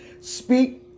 Speak